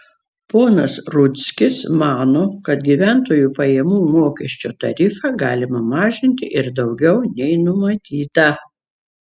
ponas rudzkis mano kad gyventojų pajamų mokesčio tarifą galima mažinti ir daugiau nei numatyta